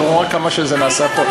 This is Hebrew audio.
את לא רואה כמה זה נעשה פה?